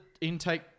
intake